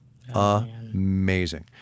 amazing